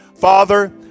Father